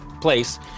place